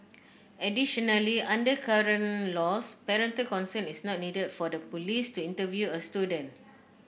additionally under current laws parental consent is not needed for the police to interview a student